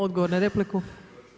Odgovor na repliku.